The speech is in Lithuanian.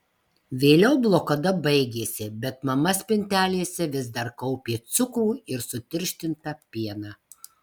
vėliau blokada baigėsi bet mama spintelėse vis dar kaupė cukrų ir sutirštintą pieną